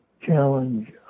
challenge